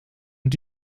und